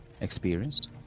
experienced